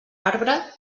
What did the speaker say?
arbre